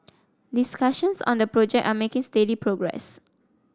discussions on the project are making steady progress